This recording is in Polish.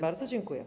Bardzo dziękuję.